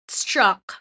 struck